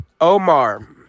Omar